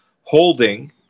holding